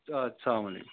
آد السلام علیکُم